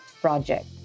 project